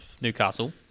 Newcastle